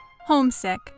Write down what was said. Homesick